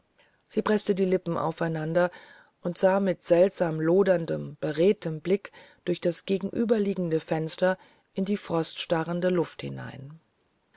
sie preßte die lippen aufeinander und sah mit seltsam loderndem beredtem blick durch das gegenüberliegende fenster in die froststarrende luft hinein